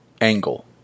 angle